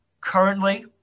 currently